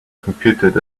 computed